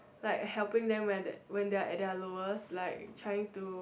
like helping them when the~ when they are at their lowest like trying to